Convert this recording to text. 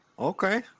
Okay